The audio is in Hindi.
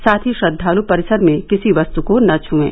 साथ ही श्रद्वाल् परिसर में किसी वस्तु को न छूएं